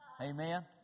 Amen